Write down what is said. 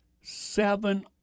seven